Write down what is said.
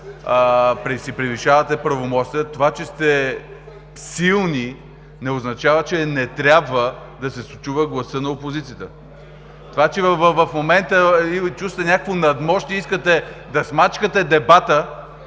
си превишавате правомощията. Това, че сте силни, не означава, че не трябва да се чува гласът на опозицията. Това че в момента чувствате някакво надмощие и искате да смачкате дебата,